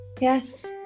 Yes